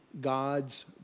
God's